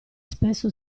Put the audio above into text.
spesso